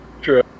True